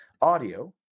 Audio